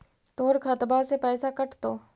तोर खतबा से पैसा कटतो?